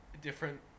different